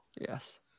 Yes